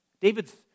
David's